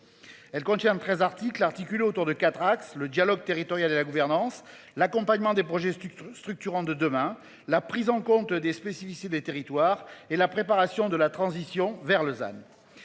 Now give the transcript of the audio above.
Elle contient 13 articles articulée autour de 4 axes, le dialogue territorial et la gouvernance, l'accompagnement des projets structurants structurant de demain. La prise en compte des spécificités des territoires et la préparation de la transition vers